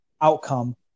outcome